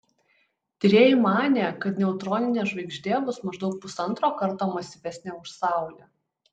tyrėjai manė kad neutroninė žvaigždė bus maždaug pusantro karto masyvesnė už saulę